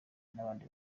n’abandi